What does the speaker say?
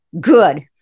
good